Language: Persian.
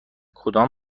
کدام